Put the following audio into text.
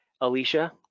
Alicia